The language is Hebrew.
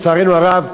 לצערנו הרב,